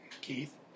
Keith